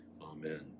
Amen